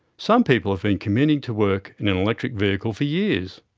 some people have been commuting to work in an electric vehicle for years.